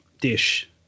dish